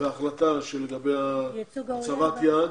והחלטה לגבי הצבת יעד?